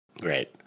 Great